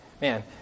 Man